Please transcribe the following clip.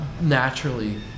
naturally